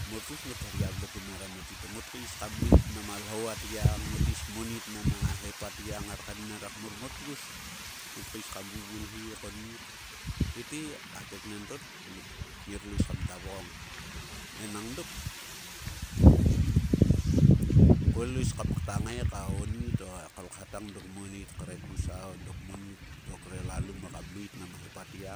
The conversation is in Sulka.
Mor ktus ngot hergia vle kumerom e titou, ngot keis kam meit mang a lhou a tgiang, ngot keis kmonit nama na hep a tgiang, ngar kaener ekmor, mor tkus, ngot keis kam vuvulgi, konnit. Tete a keknen to ngerlo is kam kta vokong, enang dok koe lols kamta ngae ka onit o a kolkha tang dok kmonit kre kusa, o dok kmonit, dok kre lalu muo kam meit nam a hep a tgia.